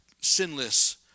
sinless